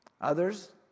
Others